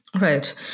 Right